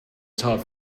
top